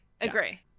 agree